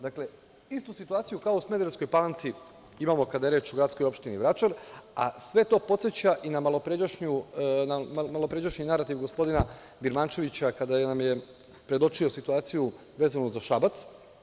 Dakle, istu situaciju kao u Smederevskoj Palanci imamo kada je reč o gradskoj opštini Vračar, a sve to podseća i na malopređašnji narativ gospodina Birmančevića, kada nam je predočio situaciju vezanu za Šabac.